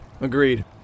Agreed